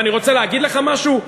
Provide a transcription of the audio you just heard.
ואני רוצה להגיד לך משהו,